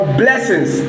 blessings